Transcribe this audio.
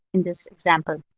in this example.